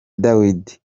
dawidi